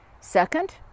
Second